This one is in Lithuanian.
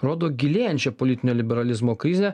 rodo gilėjančią politinio liberalizmo krizę